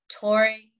touring